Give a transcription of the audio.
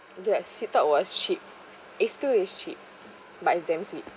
yes she thought was cheap it's true it's cheap but it's damn sweet